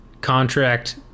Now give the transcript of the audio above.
contract